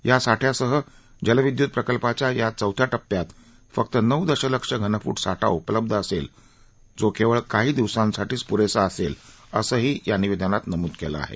या साठ्यासह जलविद्युत प्रकल्पाच्या या चौथ्या टप्प्यात फक्त नऊ दशलक्ष घनफूट साठा उपलब्ध असेल जे केवळ काही दिवसांसाठी प्रेसं असेल असंही या निवेदनात नमूद केलं आहे